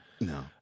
No